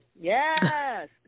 Yes